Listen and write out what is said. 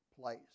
place